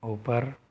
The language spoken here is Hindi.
ऊपर